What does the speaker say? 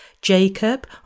Jacob